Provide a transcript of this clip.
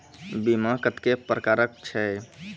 बीमा कत्तेक प्रकारक छै?